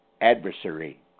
adversary